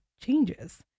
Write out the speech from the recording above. changes